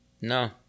no